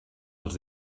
als